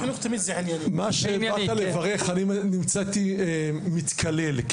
מה שבאת לברך, אני נמצאתי מתקלל.